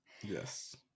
Yes